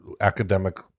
academic